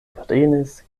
prenis